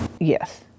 Yes